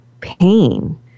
pain